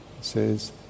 says